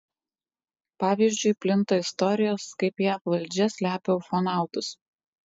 pavyzdžiui plinta istorijos kaip jav valdžia slepia ufonautus